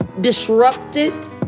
disrupted